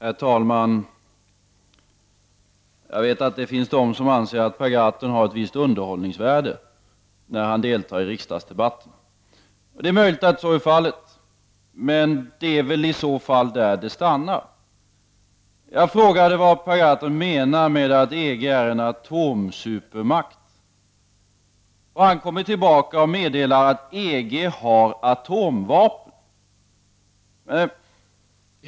Herr talman! Jag vet att det finns personer som anser att Per Gahrton har ett visst underhållningsvärde när han deltar i riksdagsdebatten. Det är möjligt att så är fallet, men det är väl under sådana förhållanden där som det stannar. Jag frågade vad Per Gahrton menade med att EG är en atomsupermakt, och han kommer tillbaka och meddelar att EG har atomvapen.